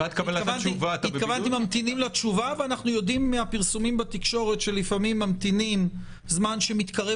אנחנו יודעים מהפרסומים בתקשורת שלפעמים ממתינים זמן שמתקרב